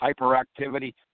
hyperactivity